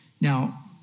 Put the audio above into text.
Now